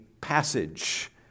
passage